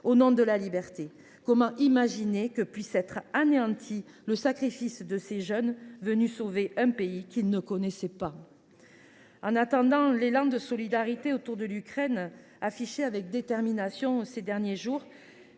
au nom de la liberté. Comment imaginer que puisse être anéanti le sacrifice de ces jeunes venus sauver un pays qu’ils ne connaissaient pas ? En attendant, l’élan de solidarité envers l’Ukraine, affiché avec détermination ces derniers jours,